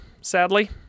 sadly